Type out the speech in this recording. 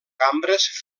cambres